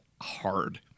hard